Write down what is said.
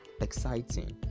exciting